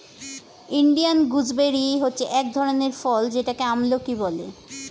Indian gooseberry হচ্ছে এক ধরনের ফল যেটাকে আমলকি বলে